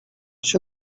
się